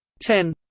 ten